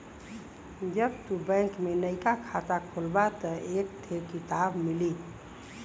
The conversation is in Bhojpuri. जब तू बैंक में नइका खाता खोलबा तब एक थे किताब मिली